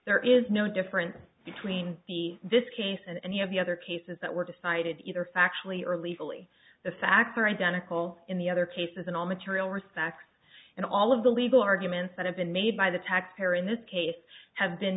there is no difference between the this case and any of the other cases that were decided either factually or legally the facts are identical in the other cases in all material respects and all of the legal arguments that have been made by the taxpayer in this case have been